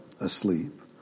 asleep